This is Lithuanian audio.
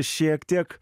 šiek tiek